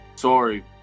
sorry